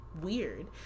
weird